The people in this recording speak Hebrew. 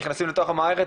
נכנסים לתוך המערכת,